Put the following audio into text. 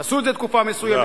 תעשו את זה תקופה מסוימת,